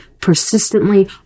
persistently